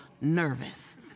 nervous